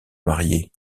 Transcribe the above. marié